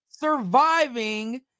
surviving